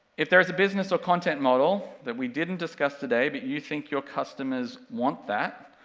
if there is a business or content model that we didn't discuss today but you think your customers want that,